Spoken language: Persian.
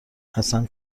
حسن